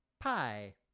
pie